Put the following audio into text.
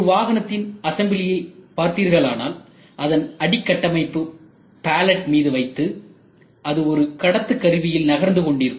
ஒரு வாகனத்தின் அசெம்பிளியை பார்த்தீர்களானால் அதன் அடி கட்டமைப்பு பலெட் மீது வைத்து அது ஒரு கடத்துக்கருவியில் நகர்ந்துகொண்டிருக்கும்